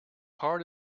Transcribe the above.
hard